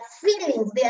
feelings